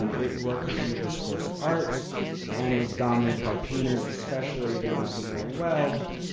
um it worked within the discourse of art and was dominated by painters especially the ones we know well,